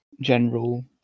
general